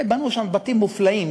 בנו שם בתים מופלאים,